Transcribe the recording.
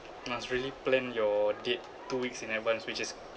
must really plan your date two weeks in advance which is